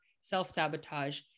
self-sabotage